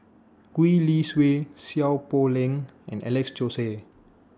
Gwee Li Sui Seow Poh Leng and Alex Josey